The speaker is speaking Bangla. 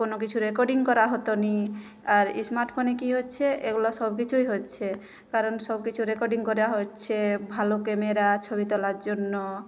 কোনো কিছু রেকর্ডিং করা হতো না আর স্মার্টফোনে কী হচ্ছে এগুলো সব কিছুই হচ্ছে কারণ সব কিছু রেকর্ডিং করা হচ্ছে ভালো ক্যামেরা ছবি তোলার জন্য